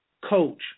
Coach